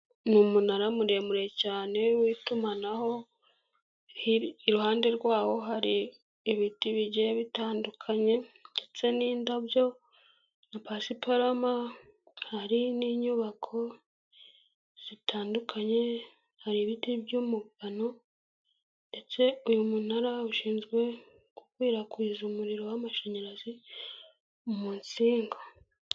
Ni umunara muremure cyane w'itumanaho, iruhande rwawo hari ibiti bigiye bitandukanye ndetse n'indabyo na pasiparama, hari n'inyubako zitandukanye, hari ibiti by'umugano ndetse uyu munara ushinzwe gukwirakwiza umuriro w'amashanyarazi mu nsinga.